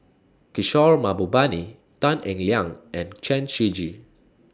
Kishore Mahbubani Tan Eng Liang and Chen Shiji